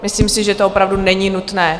Myslím si, že to opravdu není nutné.